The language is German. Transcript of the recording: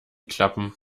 klappen